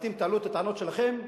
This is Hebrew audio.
אתם תעלו את הטענות שלכם,